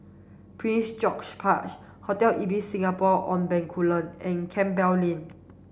Prince George's Park Hotel Ibis Singapore on Bencoolen and Campbell Lane